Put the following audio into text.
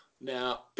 Now